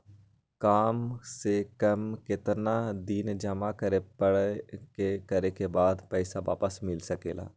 काम से कम कतेक दिन जमा करें के बाद पैसा वापस मिल सकेला?